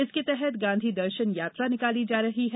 जिसके तहत गाँधी दर्शन यात्रा निकाली जा रही है